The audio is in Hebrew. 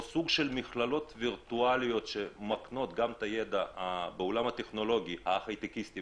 מכללות וירטואליות שמקנות ידע טכנולוגי היי-טקיסטי.